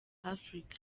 africa